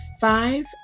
five